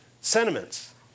sentiments